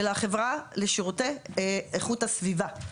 אלא החברה לשירותי איכות הסביבה.